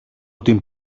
την